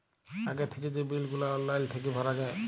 আগে থ্যাইকে যে বিল গুলা অললাইল থ্যাইকে ভরা যায়